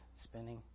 spinning